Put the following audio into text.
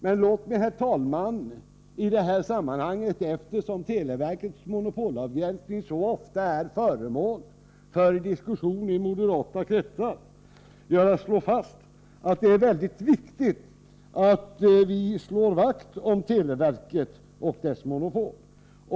Men låt mig i det här sammanhanget, herr talman, eftersom televerkets monopolavgränsning så ofta är föremål för diskussion i moderata kretsar, slå fast att det är väldigt viktigt att vi värnar om televerket och dess monopol.